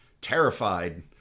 terrified